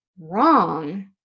wrong